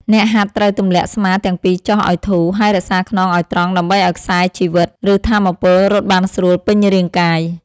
អ្នកហាត់ត្រូវទម្លាក់ស្មាទាំងពីរចុះឱ្យធូរ ហើយរក្សាខ្នងឱ្យត្រង់ដើម្បីឱ្យខ្សែជីវិត ឬថាមពលរត់បានស្រួលពេញរាងកាយ។